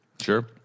Sure